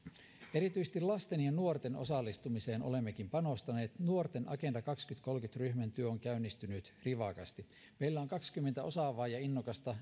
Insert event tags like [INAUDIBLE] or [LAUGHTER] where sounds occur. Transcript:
erityisesti lasten ja nuorten osallistumiseen olemmekin panostaneet nuorten agenda kaksituhattakolmekymmentä ryhmän työ on käynnistynyt rivakasti meillä on kaksikymmentä osaavaa ja innokasta [UNINTELLIGIBLE]